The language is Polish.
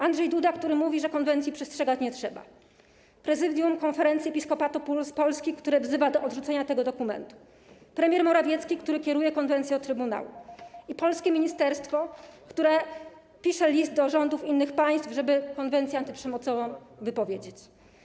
Andrzej Duda, który mówi, że konwencji przestrzegać nie trzeba, Prezydium Konferencji Episkopatu Polski, które wzywa do odrzucenia tego dokumentu, premier Morawiecki, który kieruje konwencję do trybunału, i polskie ministerstwo, które pisze list do rządów innych państw, żeby konwencję antyprzemocową wypowiedzieć.